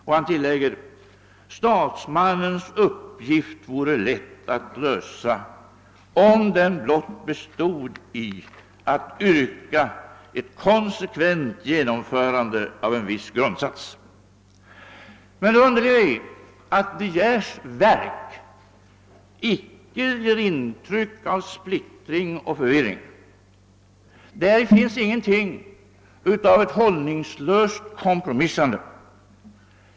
Och han tilllägger: »Statsmannens uppgift vore lätt att lösa, om den blott bestod i att yrka ett konsekvent genomförande av en viss grundsats.» Men det underliga är att De Geers verk icke ger ett intryck av splittring och förvirring. Däri finns ingenting av hållningslöst kompromissande.